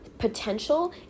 potential